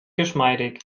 geschmeidig